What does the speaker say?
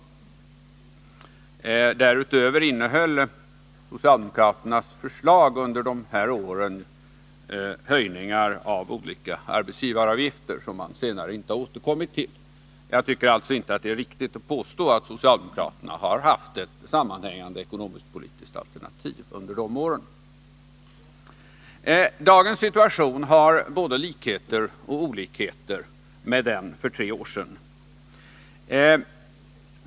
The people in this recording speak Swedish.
Därutöver innehöll socialdemokraternas förslag under de här åren höjningar av olika arbetsgivaravgifter som man senare inte har återkommit till. Jag tycker alltså inte att det är riktigt att påstå att socialdemokraterna haft ett sammanhängande ekonomiskt-politiskt alternativ under de här åren. Dagens situation har både likheter och olikheter med den för tre år sedan.